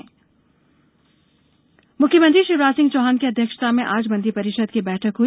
cabinet बैठक मुख्यमंत्री शिवराज सिंह चौहान की अध्यक्षता में आज मंत्रि परिषद की बैठक हुई